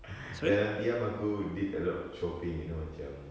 dalam diam aku did a lot of shopping you know macam